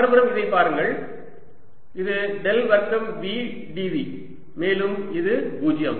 மறுபுறம் இதைப் பாருங்கள் இது டெல் வர்க்கம் V dv மேலும் இது 0